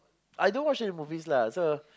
I don't watch any movies lah so